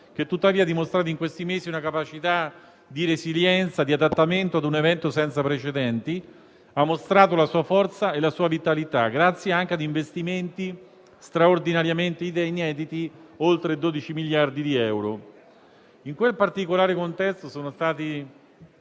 che tuttavia ha dimostrato in questi mesi una capacità di resilienza e adattamento ad un evento senza precedenti, mostrando la sua forza e la sua vitalità grazie anche ad investimenti straordinariamente inediti per oltre 12 miliardi di euro. In quel particolare contesto sono stati